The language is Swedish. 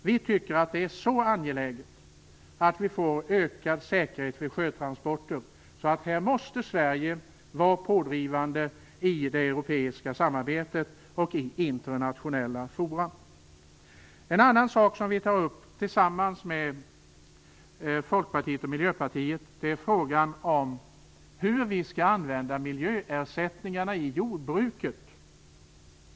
Vi tycker att det är så angeläget att vi får en ökad säkerhet vid sjötransporter att Sverige i de här frågorna måste vara pådrivande i det europeiska samarbetet och i internationella forum. En annan sak som vi tar upp tillsammans med Folkpartiet och Miljöpartiet är frågan hur vi skall använda miljöersättningarna i jordbruket.